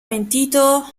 mentito